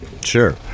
sure